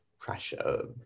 pressure